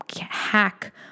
hack